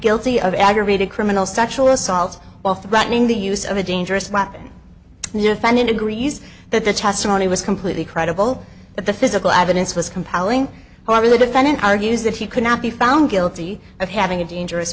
guilty of aggravated criminal sexual assault all threatening the use of a dangerous weapon defendant agrees that the testimony was completely credible that the physical evidence was compelling however the defendant argues that he could not be found guilty of having a dangerous